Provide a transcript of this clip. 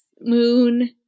Moon